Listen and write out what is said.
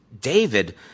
David